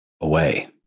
away